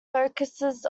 focuses